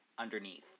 underneath